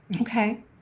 Okay